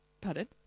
pardon